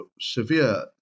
severe